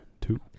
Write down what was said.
Two